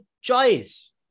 choice